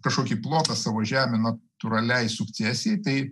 kažkokį plotą savo žemių natūraliai sukcesijai tai